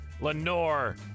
Lenore